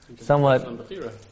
somewhat